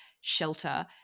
shelter